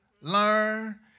learn